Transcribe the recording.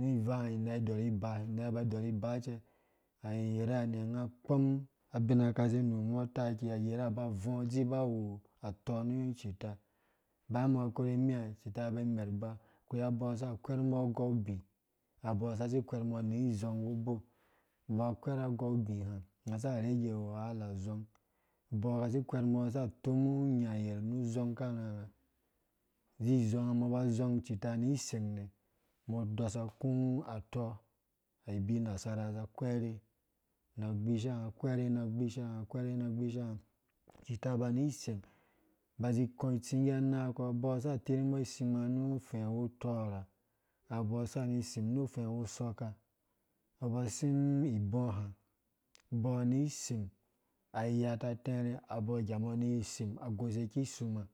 Nĩ vang anaĩ dɔrh ba inai ba dɔrhi ba cɛ ayerhe anɛ ngã kɔm abina kase nũ mbo taki ayerha ba vɔɔ ngã dzirba wu atɔ nũ icita baya mbɔ korhe nimĩhã icita ba imɛrh imãã kawei abo saka kwerh mbɔ sasi kwerh mbɔ ani zɔng nũbou ba kwerh agou bĩ hĩ ngã za rhege wahala zong basi kwerh mbɔ ngã saka tomũ nyã yerhu zong karhãrhã zizong ngã mbɔ ba zong icita ni seng mbɔ dɔsa kũ atɔ aibi nasara za kwerhe na gbish ngã kwer na gbashi ngã cita. bani seng ba ikɔɔ tsingge na nãng akase abɔ saka za tirhũmbɔ sim bɔ ngã nu fɛɛ wu tɔrrha abo saka nĩ sĩm nũ fɛɛ wu sokka mbɔ ba sĩm mbɔ ibɔɔhã ayata terhe abɔ ngambɔ asaka goshe ki sumã